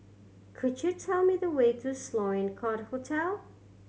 could you tell me the way to Sloane Court Hotel